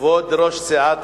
כבוד ראש סיעת